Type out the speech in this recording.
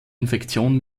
infektion